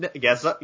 guess